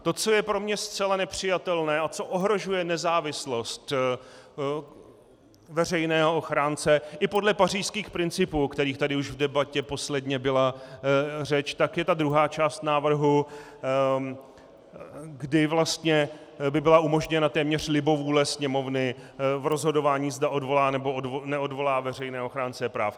To, co je pro mě zcela nepřijatelné a co ohrožuje nezávislost veřejného ochránce i podle pařížských principů, o kterých tady už v debatě posledně byla řeč, je ta druhá část návrhu, kdy vlastně by byla umožněna téměř libovůle Sněmovny v rozhodování, zda odvolá, nebo neodvolá veřejného ochránce práv.